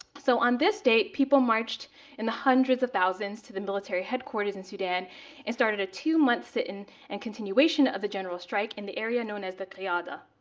so on this date, people marched in the hundreds of thousands to the military headquarters in sudan and started a two month sit-in and continuation of the general strike in the area known as the qiyada.